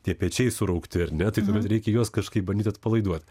tie pečiai suraukti ar ne tai tuomet reikia juos kažkaip bandyt atpalaiduot